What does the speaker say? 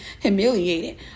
humiliated